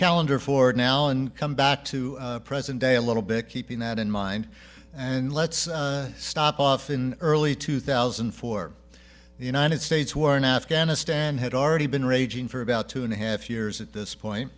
calendar for now and come back to present day a little bit keeping that in mind and let's stop off in early two thousand and four the united states war in afghanistan had already been raging for about two and a half years at this point